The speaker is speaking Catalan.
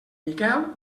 miquel